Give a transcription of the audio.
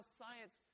science